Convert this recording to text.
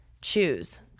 choose